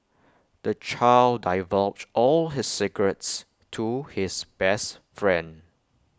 the child divulged all his secrets to his best friend